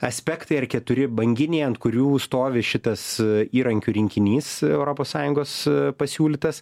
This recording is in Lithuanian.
aspektai ir keturi banginiai ant kurių stovi šitas įrankių rinkinys europos sąjungos pasiūlytas